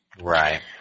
Right